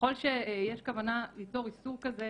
ככל שיש כוונה ליצור איסור כזה,